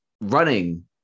running